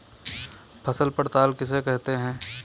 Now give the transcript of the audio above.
फसल पड़ताल किसे कहते हैं?